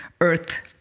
earth